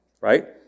right